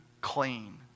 clean